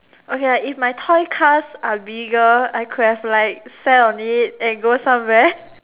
okay if my toy car are bigger I could have like sell on it and go somewhere